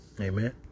Amen